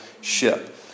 ship